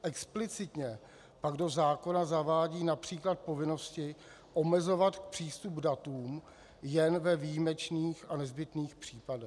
Explicitně pak do zákona zavádí např. povinnosti omezovat přístup k datům jen ve výjimečných a nezbytných případech.